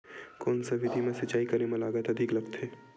कोन सा विधि म सिंचाई करे म लागत अधिक लगथे?